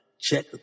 check